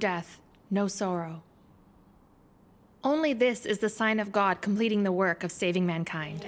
death no sorrow only this is the sign of god completing the work of saving mankind